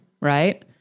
Right